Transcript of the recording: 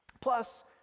Plus